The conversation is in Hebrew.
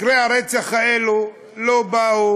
מקרי הרצח האלה לא באו